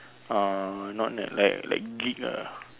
um not nerd like like geek ah